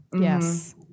yes